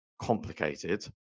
complicated